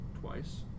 twice